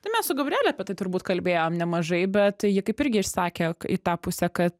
tai mes su gabriele apie tai turbūt kalbėjom nemažai bet ji kaip irgi išsakė į tą pusę kad